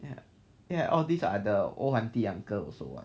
ya ya all these are the old auntie uncle also [what]